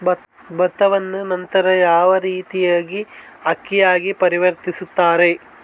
ಭತ್ತವನ್ನ ನಂತರ ಯಾವ ರೇತಿಯಾಗಿ ಅಕ್ಕಿಯಾಗಿ ಪರಿವರ್ತಿಸುತ್ತಾರೆ?